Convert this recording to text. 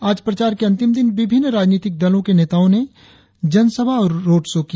आज प्रचार के अंतिम दिन विभिन्न राजनीतिक दलों के नेताओं ने जनसभा और रोड शो किया